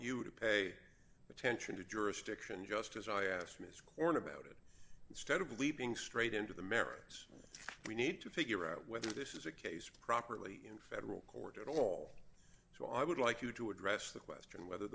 you to pay attention to jurisdiction just as i asked ms corn about it instead of leaping straight into the merits we need to figure out whether this is a case properly in federal court at all so i would like you to address the question whether